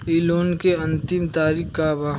इ लोन के अन्तिम तारीख का बा?